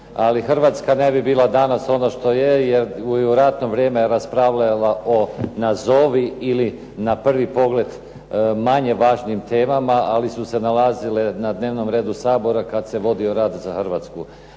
ali Hrvatska ne bi bila danas ono što je jer i u ratno vrijeme je raspravljala o nazovi ili na prvi pogled manje važnim temama ali su se nalazile na dnevnom redu Sabora kad se vodio rat za Hrvatsku